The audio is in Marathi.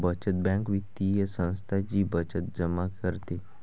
बचत बँक वित्तीय संस्था जी बचत जमा करते